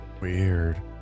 Weird